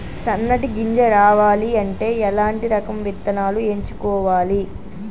సన్నటి గింజ రావాలి అంటే ఎలాంటి రకం విత్తనాలు ఎంచుకోవాలి?